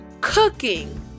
cooking